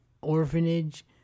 orphanage